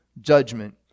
judgment